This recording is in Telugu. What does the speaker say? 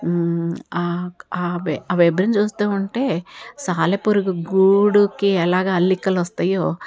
ఆ ఆ ఆ వెబ్ని చూస్తూ ఉంటే సాలెపురుగు గూడుకి ఎలాగ అల్లికలొస్తాయో